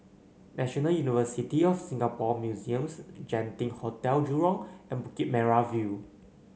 National University of Singapore Museums Genting Hotel Jurong and Bukit Merah View